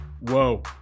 whoa